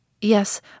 Yes